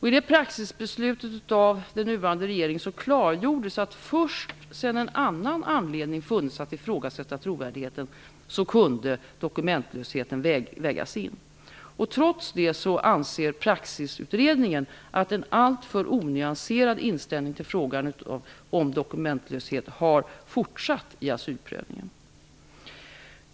I detta praxisbeslut av den nuvarande regeringen klargjordes att först sedan en annan anledning funnits att ifrågasätta trovärdigheten kunde dokumentlösheten vägas in. Trots detta anser Praxisutredningen att en alltför onyanserad inställning till frågan om dokumentlöshet har fortsatt att gälla i asylprövningen.